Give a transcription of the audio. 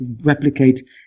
replicate